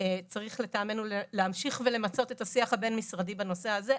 צריך לטעמנו להמשיך ולמצות את השיח הבין משרדי בנושא הזה.